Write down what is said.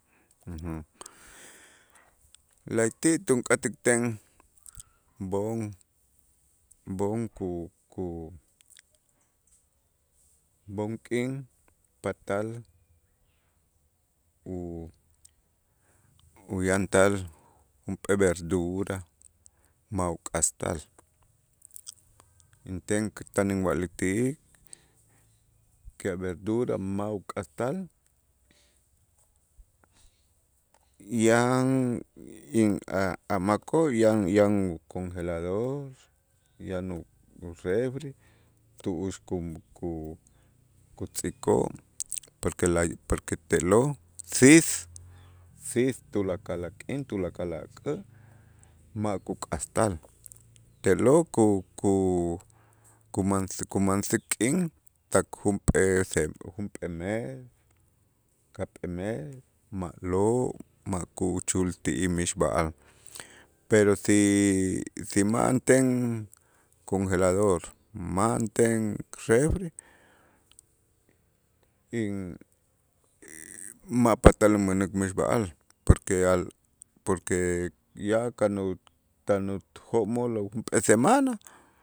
La'ayti' tunk'atikten b'oon b'oon ku- ku- b'oon k'in patal u- uyantal junp'ee verdura ma' uk'astal inten kät'an inwa'lik ti'ij que a verdura ma' uk'astal yan in a'-a' makoo' yan yan congelador yan u u refri tu'ux kun- ku- kutz'ikoo', porque lay porque te'lo' siis, siis tulakal a' k'in, tulakal ak'ä' ma' kuk'astal te'lo' ku- ku- kumansi kumansik k'in tak junp'ee se junp'ee mes, ka'p'ee mes ma'lo' ma' kuchul ti'ij mixb'a'al, pero si si ma'anten congelador, ma'anten refri in ma' patal umänäk mixb'a'al, porque porque ya ka' tan ujo'mol junp'ee semana